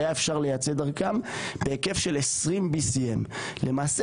היה אפשר לייצא דרכם בהיקף של BCM20. למעשה